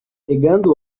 pegando